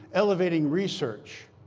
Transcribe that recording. elevating research,